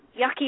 yucky